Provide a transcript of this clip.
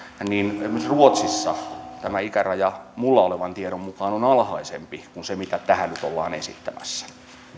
niin esimerkiksi ruotsissa tämä ikäraja minulla olevan tiedon mukaan on alhaisempi kuin se mitä tähän nyt ollaan esittämässä